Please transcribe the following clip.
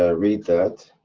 ah read that?